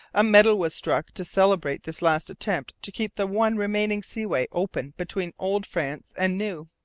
a medal was struck to celebrate this last attempt to keep the one remaining seaway open between old france and new.